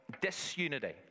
disunity